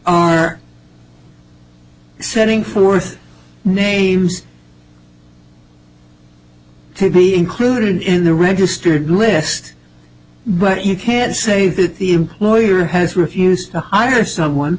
are setting forth names to be included in the registered list but you can say that the employer has refused to hire someone